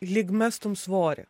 lyg mestum svorį